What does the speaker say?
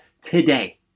today